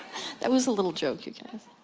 that was a little joke you guys.